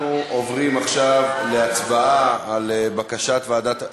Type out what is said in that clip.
אנחנו עוברים עכשיו להצבעה על בקשת ועדת,